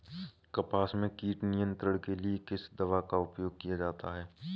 कपास में कीट नियंत्रण के लिए किस दवा का प्रयोग किया जाता है?